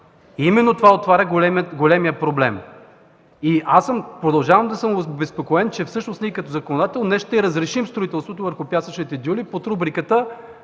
Именно това отваря големия проблем. Продължавам да съм обезпокоен, че всъщност ние като законодател днес ще разрешим строителството върху пясъчните дюни под рубриката